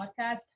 podcast